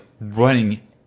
running